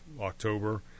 October